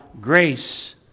grace